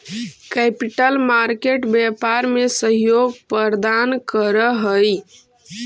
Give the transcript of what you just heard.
capital market व्यापार में सहयोग प्रदान करऽ हई